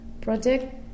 project